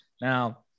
Now